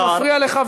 אתה מפריע לחבריך.